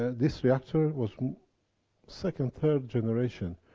ah this reactor was second, third generation,